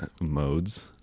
modes